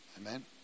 Amen